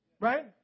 right